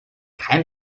kein